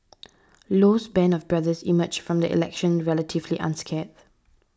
Low's band of brothers emerged from the election relatively unscathed